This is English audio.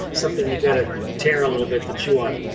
something you've got to tear a little bit to chew on,